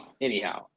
Anyhow